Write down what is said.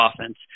offense